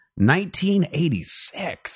1986